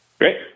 Great